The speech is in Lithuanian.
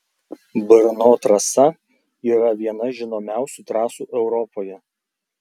brno trasa yra viena žinomiausių trasų europoje